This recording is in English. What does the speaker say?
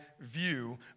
view